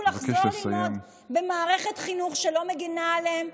לחזור ללמוד במערכת חינוך שלא מגינה עליהם,